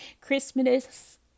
Christmas